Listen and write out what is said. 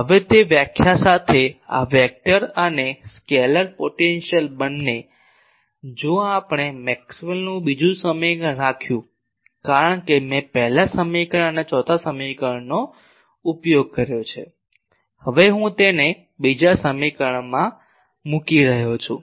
હવે તે વ્યાખ્યા સાથે આ વેક્ટર અને સ્કેલેર પોટેન્શિયલ બંને જો આપણે મેક્સવેલનું બીજું સમીકરણ રાખ્યું કારણ કે મેં પહેલા સમીકરણ અને ચોથા સમીકરણનો ઉપયોગ કર્યો છે હવે હું તેને બીજા સમીકરણમાં મૂકી રહ્યો છું